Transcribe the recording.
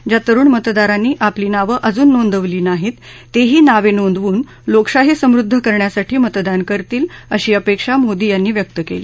ज्या तरुण मतदारांनी आपली नावं अजून नोंदवली नाही तेही नावे नोंदवून लोकशाही समृद्ध करण्यासाठी मतदान करतील अशी अपेक्षा मोदी यांनी व्यक्त केली